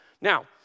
Now